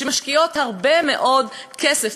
שמשקיעות הרבה מאוד כסף,